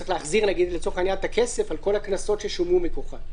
צריך להחזיר לצורך העניין את הכסף על כל הקנסות ששולמו מכוחן.